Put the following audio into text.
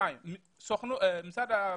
משרד הפנים.